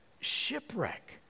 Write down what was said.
shipwreck